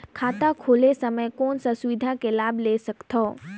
खाता खोले समय कौन का सुविधा के लाभ ले सकथव?